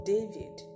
David